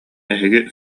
эһиги